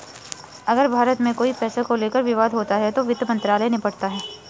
अगर भारत में कोई पैसे को लेकर विवाद होता है तो वित्त मंत्रालय निपटाता है